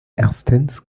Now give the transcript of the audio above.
erstens